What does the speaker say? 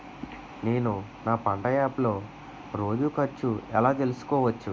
నేను నా పంట యాప్ లో రోజు ఖర్చు ఎలా తెల్సుకోవచ్చు?